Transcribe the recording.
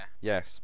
yes